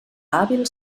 hàbil